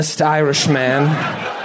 Irishman